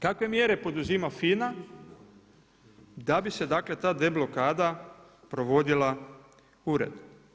Kakve mjere poduzima FINA da bi se dakle ta deblokada provodila uredno?